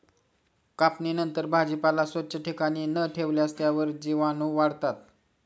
कापणीनंतर भाजीपाला स्वच्छ ठिकाणी न ठेवल्यास त्यावर जीवाणूवाढतात